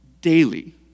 daily